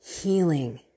healing